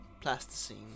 plasticine